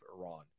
iran